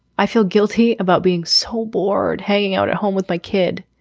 i feel guilty about being so bored hanging out at home with my kid.